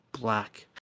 black